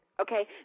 okay